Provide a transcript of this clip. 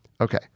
Okay